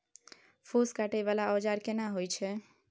फूस काटय वाला औजार केना होय छै?